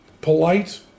polite